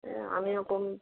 হ্যাঁ আমিও কোন